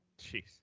Jeez